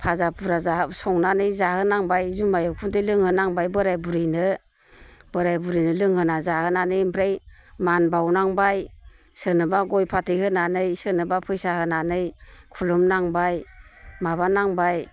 फजा फुरा संनानै जाहोनांबाय जुमाय उखुन्दै लोंहोनांबाय बोराय बुरैनो बोराय बुरैनो लोंहोना जाहोनानै आमफ्राय मान बावनांबाय सोरनोबा गय फाथै होनानै सोरनोबा फैसा होनानै खुलुमनांबाय माबा नांबाय